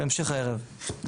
בהמשך הערב.